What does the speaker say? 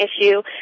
issue